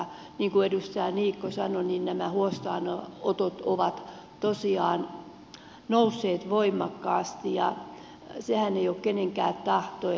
niin kuin edustaja niikko sanoi nämä huostaanotot ovat tosiaan nousseet voimakkaasti ja sehän ei ole kenenkään tahto